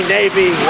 Navy